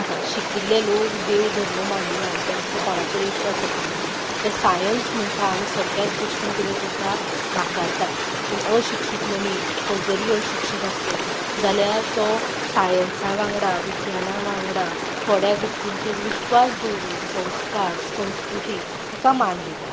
आतां शिकिल्ले लोक देव धर्म मानिना तांचो कोणाचेर विश्वास आसना ते सायन्स म्हणटा आनी सगल्याच गोश्टींक किदें करता नाकारता पूण अशिक्षीत मनीस हो जरी अशिक्षीत आसलो जाल्यार तो सायन्सा वांगडा विज्ञाना वांगडा थोड्या गोश्टींचेर विश्वास दवरता संस्कार संस्कृती हाका मान दिता